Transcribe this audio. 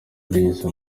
binyuze